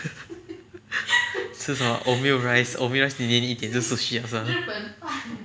吃什么吃 omurice omurice 便宜一点就是 sushi liao 是吗